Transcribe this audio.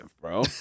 Bro